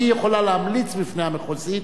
היא יכולה להמליץ בפני המחוזית,